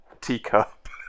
teacup